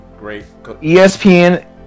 ESPN